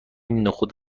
نخود